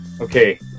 Okay